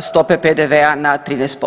stope PDV-a na 13%